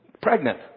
Pregnant